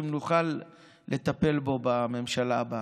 אם נוכל לטפל בו בממשלה הבאה.